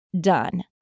done